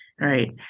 right